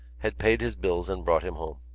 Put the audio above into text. had paid his bills and brought him home.